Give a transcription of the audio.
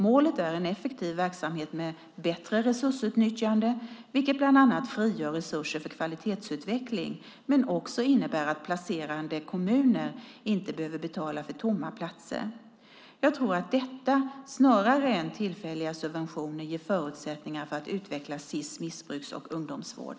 Målet är en effektiv verksamhet med bättre resursutnyttjande, vilket bland annat frigör resurser för kvalitetsutveckling men också innebär att placerande kommuner inte behöver betala för tomma platser. Jag tror att detta, snarare än tillfälliga subventioner, ger förutsättningar för att utveckla SiS missbrukar och ungdomsvård.